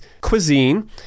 cuisine